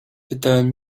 pytałem